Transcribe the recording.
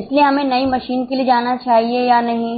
इसलिए हमें नई मशीन के लिए जाना चाहिए या नहीं